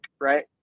right